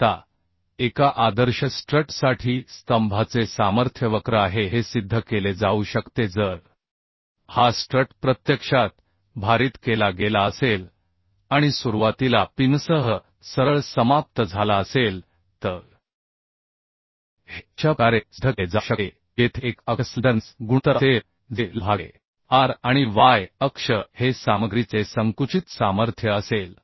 आता एका आदर्श स्ट्रटसाठी स्तंभाचे सामर्थ्य वक्र आहे हे सिध्द केले जाऊ शकते जर हा स्ट्रट प्रत्यक्षात भारित केला गेला असेल आणि सुरुवातीला पिनसह सरळ समाप्त झाला असेल तर हे अशा प्रकारे सिध्द केले जाऊ शकते जेथे x अक्ष स्लेंडरनेस गुणोत्तर असेल जे L भागिले r आणि y अक्ष हे सामग्रीचे संकुचित सामर्थ्य असेल